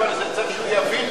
אבל צריך שהוא יבין,